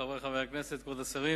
חבר הכנסת יצחק כהן.